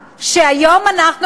שוב אני מוסיפה: לכאורה,